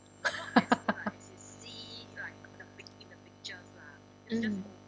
mm